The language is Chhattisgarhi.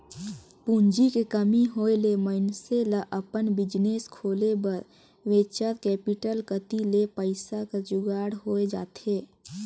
पूंजी के कमी होय ले मइनसे ल अपन बिजनेस खोले बर वेंचर कैपिटल कती ले पइसा कर जुगाड़ होए जाथे